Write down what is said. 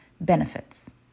benefits